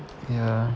ya